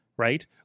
Right